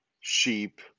sheep